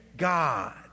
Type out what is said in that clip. God